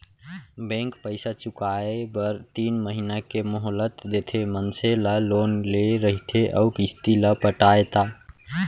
bank पइसा चुकाए बर तीन महिना के मोहलत देथे मनसे ला लोन ले रहिथे अउ किस्ती ल पटाय ता